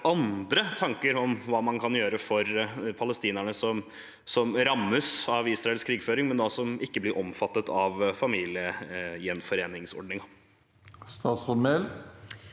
andre tanker om hva man kan gjøre for palestinerne som rammes av Israels krigføring, men som ikke blir omfattet av familiegjenforeningsordningen. Statsråd